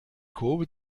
kurve